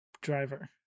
driver